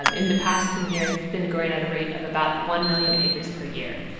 um in the past ten years, it's been growing at a rate of about one million acres per year.